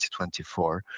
2024